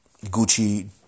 Gucci